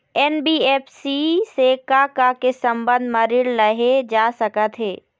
NBFC से का का के संबंध म ऋण लेहे जा सकत हे?